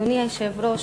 אדוני היושב-ראש,